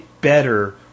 better